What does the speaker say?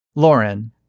Lauren